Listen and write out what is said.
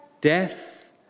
Death